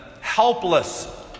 helpless